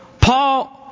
Paul